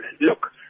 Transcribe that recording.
Look